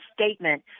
statement